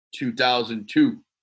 2002